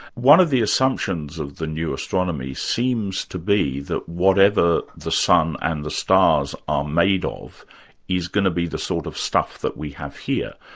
one of the assumptions of the new astronomy seems to be that whatever the sun and the stars are made ah of is going to be the sort of stuff that we have here.